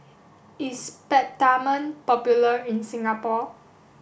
is Peptamen popular in Singapore